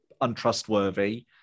untrustworthy